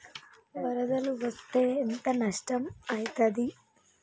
వరదలు వస్తే ఎంత నష్టం ఐతది?